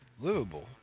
livable